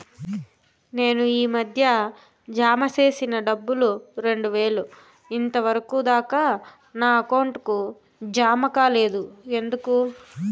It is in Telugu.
నేను ఈ మధ్య జామ సేసిన డబ్బులు రెండు వేలు ఇంతవరకు దాకా నా అకౌంట్ కు జామ కాలేదు ఎందుకు?